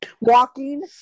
Walking